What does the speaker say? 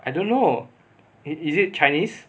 I don't know it is it chinese